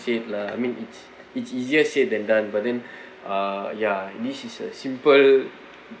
said lah I mean it's it's easier said than done but then uh ya this is a simple